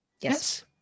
Yes